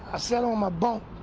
i sat on my bunk